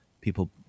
people